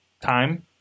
time